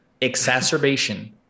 exacerbation